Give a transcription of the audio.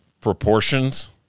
Proportions